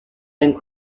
and